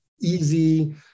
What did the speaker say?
easy